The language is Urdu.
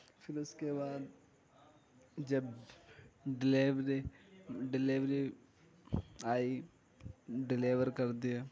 پھر اس کے بعد جب ڈلیوری ڈلیوری آئی ڈلیور کر دیا